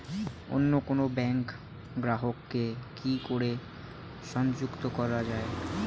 অন্য কোনো ব্যাংক গ্রাহক কে কি করে সংযুক্ত করা য়ায়?